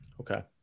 Okay